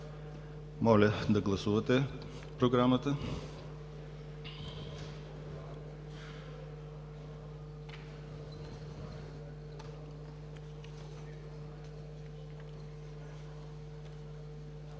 Моля да гласувате програмата.